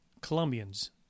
Colombians